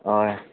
ꯍꯣꯏ